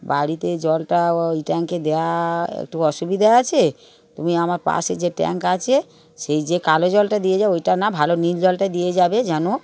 বাড়িতে জলটা ওই ট্যাঙ্কে দেওয়া একটু অসুবিধে আছে তুমি আমার পাশে যে ট্যাঙ্ক আছে সেই যে কালো জলটা দিয়ে যাও ওটা না ভালো নীল জলটা দিয়ে যাবে যেন